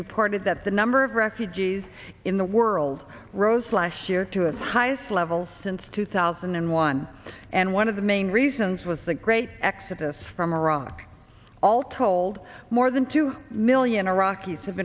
reported that the number of refugees in the world rose last year to its highest level since two thousand and one and one of the main reasons was the great exodus from iraq all told more than two million iraqis have